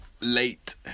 late